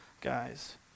guys